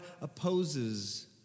opposes